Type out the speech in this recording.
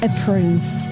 approve